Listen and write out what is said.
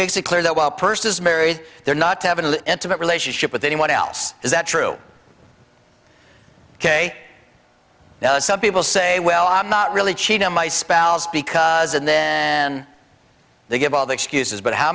makes it clear that while purses marry they're not to have an intimate relationship with anyone else is that true ok now some people say well i'm not really cheating on my spouse because and then they give all the excuses but how